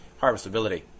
harvestability